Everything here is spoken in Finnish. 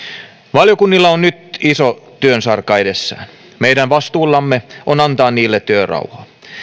valiokunnilla on nyt iso työsarka edessään meidän vastuullamme on antaa niille työrauha